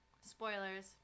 spoilers